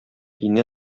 инә